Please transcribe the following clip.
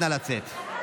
נא לצאת.